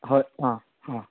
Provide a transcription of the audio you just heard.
हय आ आ